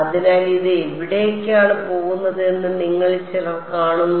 അതിനാൽ ഇത് എവിടേക്കാണ് പോകുന്നതെന്ന് നിങ്ങളിൽ ചിലർ കാണുന്നു